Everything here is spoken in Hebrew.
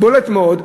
בולט מאוד,